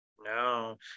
no